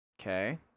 Okay